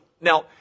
Now